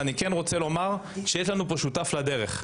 אבל אני כן רוצה לומר שיש לנו פה שותף לדרך.